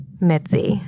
Mitzi